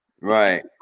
right